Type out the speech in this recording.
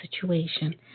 situation